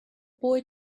boy